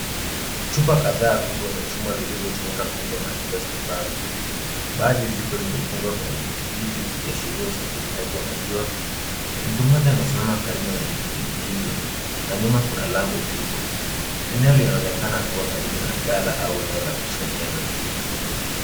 Chupa kadhaa kubwa za chuma zilizotumika kubeba maziwa zimepangwa. Baadhi ziko zimefungwa kwenye pikipiki zikiashiria usafirishaji wa maziwa. Mtu mmoja amesimama karibu na pikipiki hizo na nyuma kuna lango kubwa. Eneo linaonekana kuwa karibu na ghala au eneo la kusainia maziwa.